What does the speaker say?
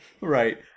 Right